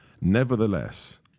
Nevertheless